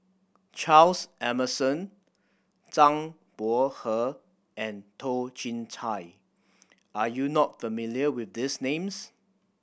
Charles Emmerson Zhang Bohe and Toh Chin Chye are you not familiar with these names